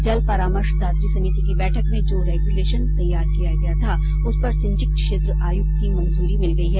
जल परामर्शदात्री समिति की बैठक में जो रेग्यूलेशन तैयार किया गया था उस पर सिंचित क्षेत्र आयुक्त की मंजूरी मिल गई है